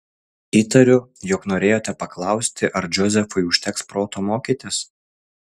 įtariu jog norėjote paklausti ar džozefui užteks proto mokytis